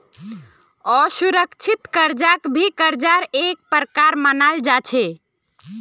असुरिक्षित कर्जाक भी कर्जार का एक प्रकार मनाल जा छे